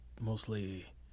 mostly